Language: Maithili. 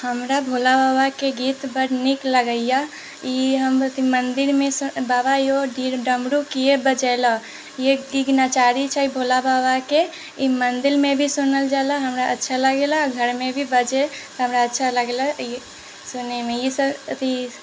हमरा भोला बाबाके गीत बड़ नीक लगैए ई हम मन्दिरमे बाबा यौ डमरू किए बजेलऽ ई गीत नचारी छै भोला बाबाके ई मन्दिरमे भी सुनल जाला हमरा अच्छा लागेला घरमे भी बजे हमरा तऽ अच्छा लागेला सुनैमे ईसब अथी